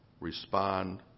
respond